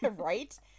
right